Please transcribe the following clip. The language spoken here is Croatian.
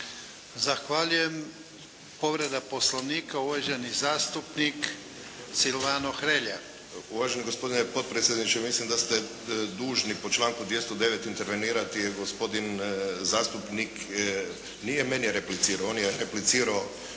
Zahvaljujem, povreda Poslovnika uvaženi zastupnik Silvano Hrelja. **Hrelja, Silvano (HSU)** Uvaženi gospodine potpredsjedniče, mislim da ste dužni po članku 209. intervenirati, jer gospodin zastupnik nije meni replicirao, on je replicirao,